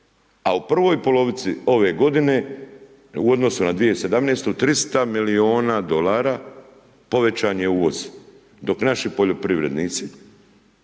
a u prvoj polovici ove godine u odnosu na 2017. 300 milijuna dolara povećan je uvoz. Dok naši poljoprivrednici